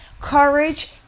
courage